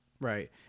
Right